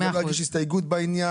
אני גם לא אגיש הסתייגות בעניין.